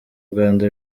uganda